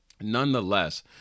nonetheless